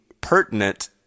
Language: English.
pertinent